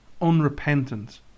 unrepentant